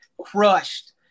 crushed